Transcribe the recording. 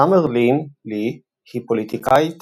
סאמר לין לי היא פוליטיקאית